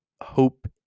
hope